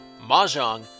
Mahjong